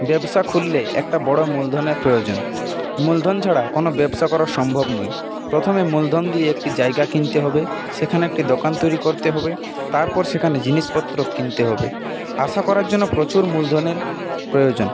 ব্যবসা খুললে একটা বড় মূলধনের প্রয়োজন মূলধন ছাড়া কোন ব্যবসা করা সম্ভব নয় প্রথমে মূলধন দিয়ে একটি জায়গা কিনতে হবে সেখানে একটি দোকান তৈরি করতে হবে তারপর সেখানে জিনিসপত্র কিনতে হবে আশা করার জন্য প্রচুর মূলধনের প্রয়োজন